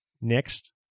next